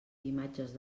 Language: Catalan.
imatges